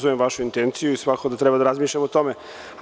Razumem vašu intenciju i svakako da treba da razmišljamo o tome.